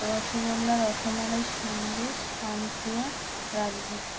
rasgulla rasmalai sandesh pantua rajbhog